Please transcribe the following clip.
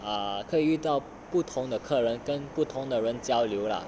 err 可以遇到不同的客人跟不同的人交流 lah